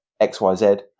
XYZ